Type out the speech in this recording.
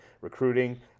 Recruiting